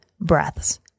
breaths